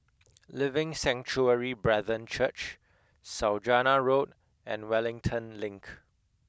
Living Sanctuary Brethren Church Saujana Road and Wellington Link